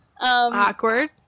Awkward